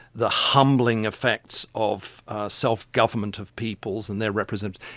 the humbling effects of self-government of peoples and their representatives,